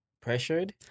Pressured